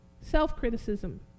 Self-criticism